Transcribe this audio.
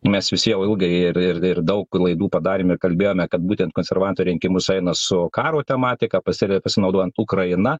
mes visi jau ilgai ir ir ir daug klaidų padarėme kalbėjome kad būtent konservatoriai rinkimus eina su karo tematika pas save pasinaudojant ukraina